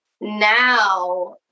Now